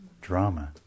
drama